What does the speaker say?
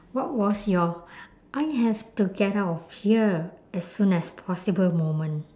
what was your I have to get out of here as soon as possible moment